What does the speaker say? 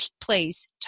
please